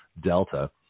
Delta